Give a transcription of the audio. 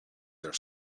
their